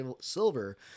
silver